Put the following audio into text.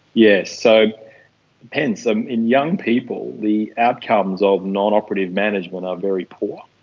yes, so hence um in young people the outcomes of non-operative management are very poor,